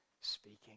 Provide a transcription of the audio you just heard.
speaking